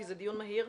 כי זה דיון מהיר,